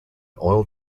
oil